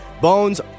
Bones